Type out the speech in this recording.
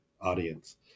audience